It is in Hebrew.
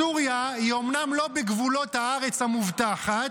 סוריה היא אומנם לא בגבולות הארץ המובטחת,